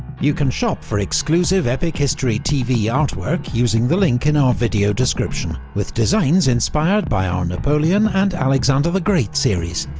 you can shop for exclusive epic history tv artwork using the link in our video description, with designs inspired by our napoleon and alexander the great series.